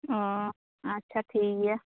ᱚᱻ ᱟᱪᱷᱟ ᱴᱷᱤᱠ ᱜᱮᱭᱟ